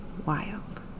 wild